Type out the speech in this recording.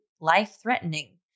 life-threatening